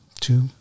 two